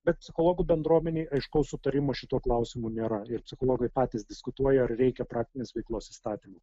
bet psichologų bendruomenėj aiškaus sutarimo šituo klausimu nėra ir psichologai patys diskutuoja ar reikia praktinės veiklos įstatymo